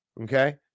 okay